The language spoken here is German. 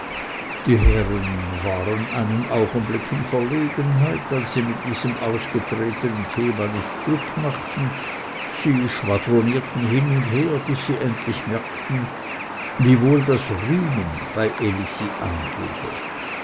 die herren waren einen augenblick in verlegenheit als sie mit diesem ausgetretenen thema nicht glück machten sie schwadronierten hin und her bis sie endlich merkten wie wohl das rühmen bei elisi